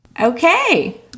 Okay